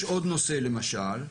יש עוד נושא למשל,